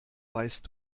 weißt